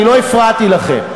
אני לא הפרעתי לכם.